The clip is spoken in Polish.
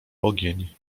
ogień